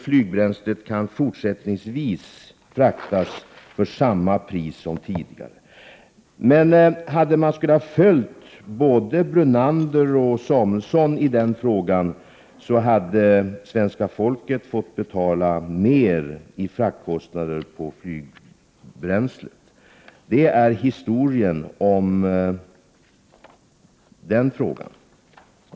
Flygbränslet kan fortsättningsvis fraktas till samma pris som tidigare. Hade man däremot följt Lennart Brunander och Marianne Samuelsson i den frågan hade svenska folket fått betala mer i fraktkostnader för flygbränslet. Det är historien bakom den frågan.